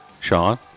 Sean